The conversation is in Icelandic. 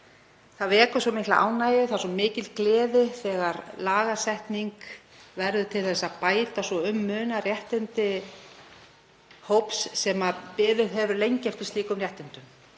það vekur svo mikla ánægju, það verður svo mikil gleði, þegar lagasetning verður til þess að bæta svo um munar réttindi hóps sem lengi hefur beðið eftir slíkum réttindum.